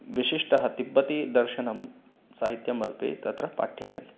विशिष्टः तिब्बतीदर्शनं साहित्यम् अपि तत्र पाठ्यते